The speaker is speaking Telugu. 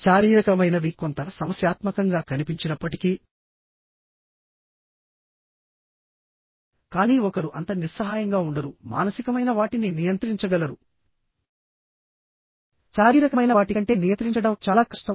శారీరకమైనవి కొంత సమస్యాత్మకంగా కనిపించినప్పటికీ కానీ ఒకరు అంత నిస్సహాయంగా ఉండరు మానసికమైన వాటిని నియంత్రించగలరు శారీరకమైన వాటి కంటే నియంత్రించడం చాలా కష్టం